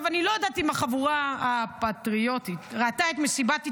אני לא יודעת אם החבורה הפטריוטית ראתה את מסיבת העיתונאים,